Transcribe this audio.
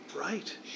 Right